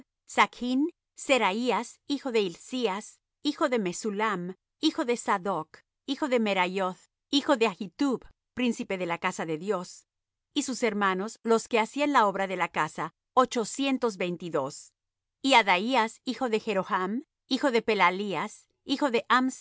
joiarib jachn seraías hijo de hilcías hijo de mesullam hijo de sadoc hijo de meraioth hijo de ahitub príncipe de la casa de dios y sus hermanos los que hacían la obra de la casa ochocientos veintidós y adaías hijo de jeroham hijo de pelalías hijo de